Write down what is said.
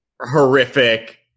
horrific